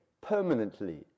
permanently